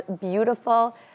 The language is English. beautiful